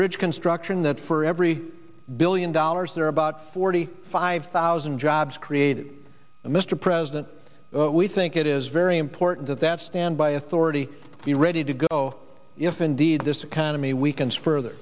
bridge construction that for every billion dollars there are about forty five thousand jobs created and mr president we think it is very important that that stand by authority be ready to go if indeed this economy weakens further